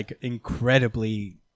incredibly